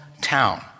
Town